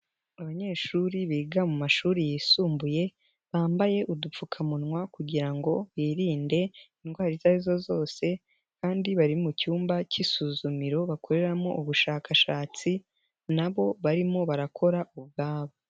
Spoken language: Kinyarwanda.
Abanyeshuri biga mu mashuri yisumbuye, bambaye udupfukamunwa kugira ngo birinde indwara izo ari zo zose kandi bari mu cyumba k'isuzumiro bakoreramo ubushakashatsi na bo barimo barakora ubwabo.